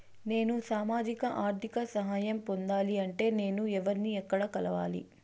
నేను సామాజిక ఆర్థిక సహాయం పొందాలి అంటే నేను ఎవర్ని ఎక్కడ కలవాలి?